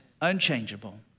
unchangeable